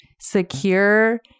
secure